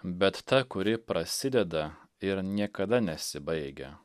bet ta kuri prasideda ir niekada nesibaigia